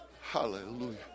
hallelujah